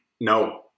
No